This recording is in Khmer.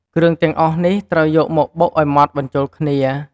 គ្រឿងទាំងអស់នេះត្រូវយកមកបុកឱ្យម៉ត់បញ្ចូលគ្នា។